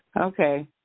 Okay